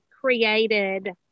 created